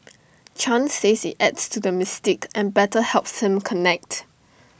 chan says IT adds to the mystique and better helps him connect